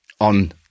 on